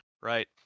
right